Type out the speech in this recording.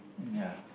ya